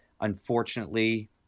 unfortunately